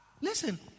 listen